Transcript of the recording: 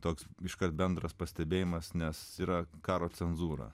toks iškart bendras pastebėjimas nes yra karo cenzūra